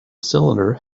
cylinder